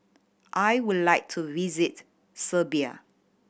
I would like to visit Serbia